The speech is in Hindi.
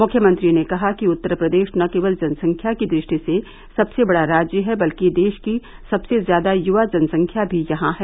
मुख्यमंत्री ने कहा कि उत्तर प्रदेश न केवल जनसंख्या की दृष्टि से सबसे बड़ा राज्य है बल्कि देश की सबसे ज्यादा युवा जनसंख्या भी यहां है